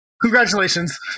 Congratulations